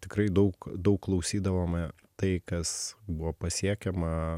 tikrai daug daug klausydavome tai kas buvo pasiekiama